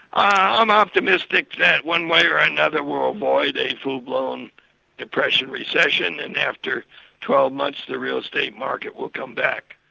i'm optimistic that one way or another we'll avoid a full-blown depression recession, and after twelve months the real estate market will come back.